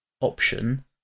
option